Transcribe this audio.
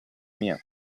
mia